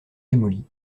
démolies